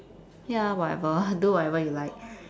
ya whatever do whatever you like